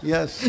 Yes